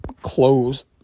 close